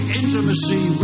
intimacy